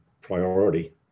priority